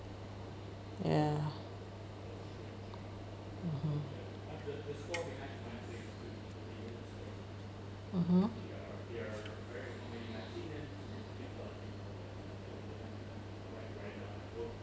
ya mmhmm mmhmm